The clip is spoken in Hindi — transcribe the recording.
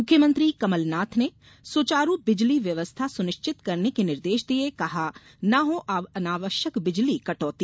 मुख्यमंत्री कमलनाथ ने सुचारु बिजली व्यवस्था सुनिश्चित करने के निर्देश दिए कहा न हो अनावश्यक बिजली कटौती